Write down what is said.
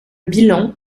bilan